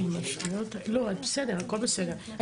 הכל בסדר,